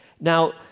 Now